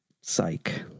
Psych